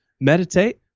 meditate